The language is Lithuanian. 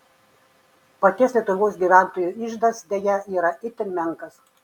paties lietuvos gyventojų iždas deja yra itin menkas